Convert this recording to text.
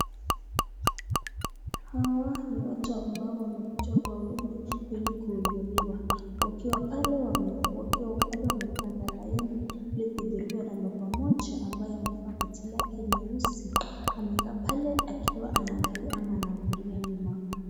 Hawa ni watu ambao wamekuja kwa wingi kuhudumiwa wakiwa pale wamepanga laini ili kuhudumiwa na baba mmoja ambaye amevaa koti lake nyeusi akiwa pale amekaa pale akiwa anaangalia ama anahudumiwa.